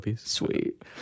Sweet